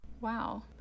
wow